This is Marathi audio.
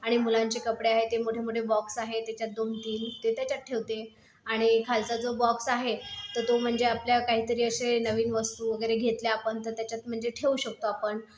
आणि मुलांची कपडे आहेत ते मोठेमोठे बॉक्स आहेत त्याच्यात दोनतीन ते त्याच्यात ठेवते आणि खालचा जो बॉक्स आहे तर तो म्हणजे आपल्या काहीतरी असे नवीन वस्तू वगैरे घेतल्या आपण तर त्याच्यात म्हणजे ठेवू शकतो आपण